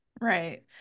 right